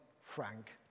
Frank